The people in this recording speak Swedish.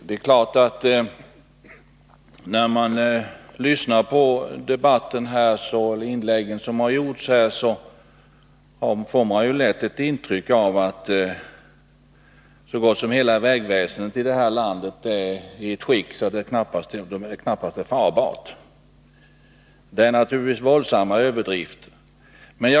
Herr talman! När man lyssnar på debattinläggen får man lätt ett intryck av att vägarna i landet knappast är farbara längre. Det är naturligtvis våldsamma överdrifter.